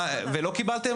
ולא קיבלתם?